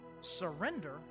Surrender